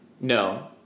No